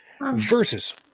Versus